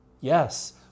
Yes